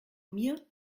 mir